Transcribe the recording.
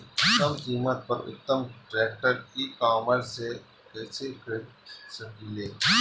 कम कीमत पर उत्तम ट्रैक्टर ई कॉमर्स से कइसे खरीद सकिले?